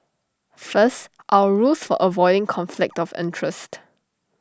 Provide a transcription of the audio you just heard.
first our rules for avoiding conflict of interest